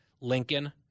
Lincoln